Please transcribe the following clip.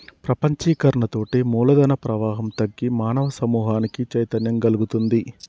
ప్రపంచీకరణతోటి మూలధన ప్రవాహం తగ్గి మానవ సమూహానికి చైతన్యం గల్గుతుంది